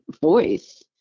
voice